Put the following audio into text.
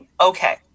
okay